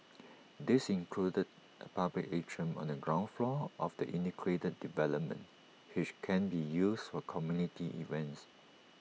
these included A public atrium on the ground floor of the integrated development which can be used for community events